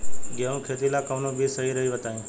गेहूं के खेती ला कोवन बीज सही रही बताई?